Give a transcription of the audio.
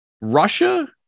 russia